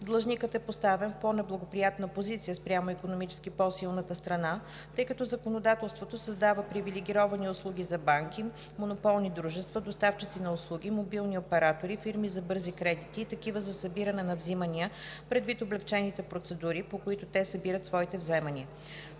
Длъжникът е поставен в по-неблагоприятна позиция спрямо икономически по-силната страна, тъй като законодателството създава привилегировани услуги за банки, монополни дружества, доставчици на услуги, мобилни оператори, фирми за бързи кредити и такива за събиране на вземания предвид облекчените процедури, по които те събират своите вземания.